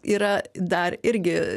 yra dar irgi